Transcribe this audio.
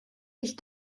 ich